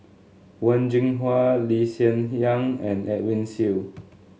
Wen Jinhua Lee Hsien Yang and Edwin Siew